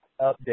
update